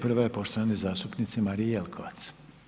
Prva je poštovane zastupnice Marije Jelkovac.